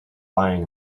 lying